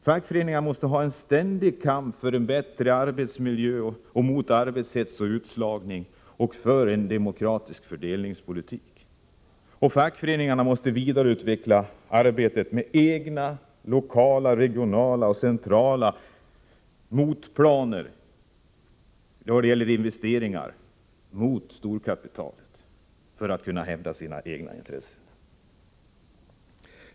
Fackföreningarna måste föra en ständig kamp för en bättre arbetsmiljö och en demokratisk fördelningspolitik och mot arbetshets och utslagning. Fackföreningarna måste vidareutveckla arbetet med egna lokala, regionala och centrala motplaner mot storkapitalet när det gäller investeringar för att kunna hävda sina egna intressen.